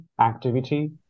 activity